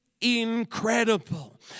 incredible